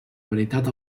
veritat